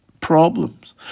problems